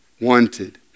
wanted